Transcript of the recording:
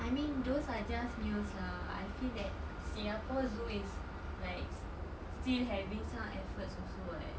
I mean those are just news lah I feel that Singapore zoo is like still having some efforts also [what]